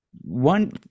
One